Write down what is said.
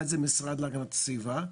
אחד זה המשרד להגנת הסביבה.